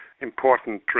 important